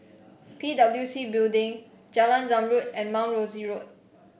P W C Building Jalan Zamrud and Mount Rosie Road